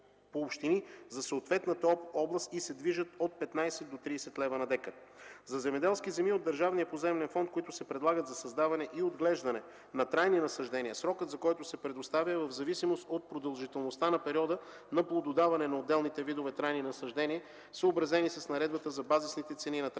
за съответната област и се движат от 15 до 30 лева на декар. За земеделски земи от Държавния поземлен фонд, които се предлагат за създаване и отглеждане на трайни насаждения, срокът, за който се предоставят, е в зависимост от продължителността на периода на плододаване на отделните видове трайни насаждения, съобразени с Наредбата за базисните цени на трайните насаждения.